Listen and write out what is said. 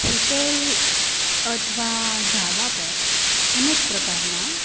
hotel અથવા ઢાબા પર અનેક પ્રકારના